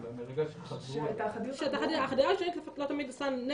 אלא מרגע שחדרו אליהם.